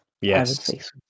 Yes